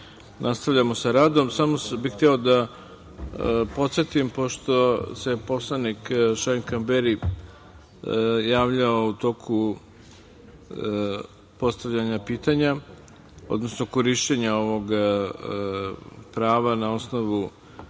nastavljamo sa radom. Samo bih hteo da podsetim, pošto se poslanik Šaip Kamberi javljao u toku postavljanja pitanja, odnosno korišćenja ovog prava na osnovu